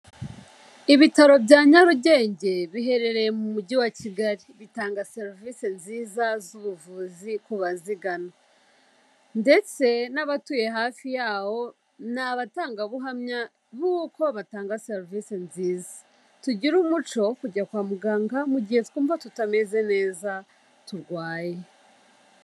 Ibitaro bya Nyarugenge, biherereye mu mujyi wa Kigali. Bitanga serivisi nziza z'ubuvuzi ku bazigana ndetse n'abatuye hafi yawo, ni abatangabuhamya b'uko batanga serivise nziza. Tugire umuco wo kujya kwa muganga, mu gihe twumva tutameze neza, turwaye.